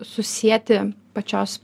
susieti pačios